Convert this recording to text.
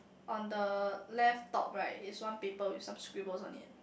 on the left top right is one paper with some scribbles on it